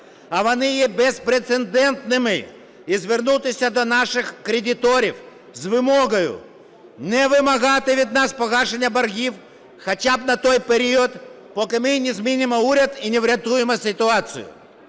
а вони є безпрецедентними. І звернутися до наших кредиторів з вимогою не вимагати від нас погашення боргів хоча б на той період, поки ми не змінимо уряд і не врятуємо ситуацію.